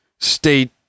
State